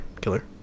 killer